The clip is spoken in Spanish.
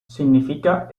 significa